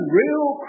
real